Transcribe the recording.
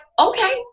okay